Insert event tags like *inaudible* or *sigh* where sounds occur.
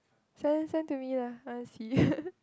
send send to me lah I wanna see *laughs*